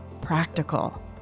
practical